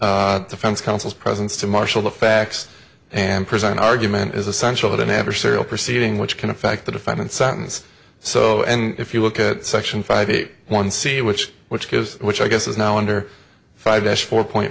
held defense counsel's presence to marshal the facts and present an argument is essential that an adversarial proceeding which can affect the defendant sentence so and if you look at section five eight one see which which is which i guess is now under five s four point